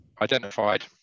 identified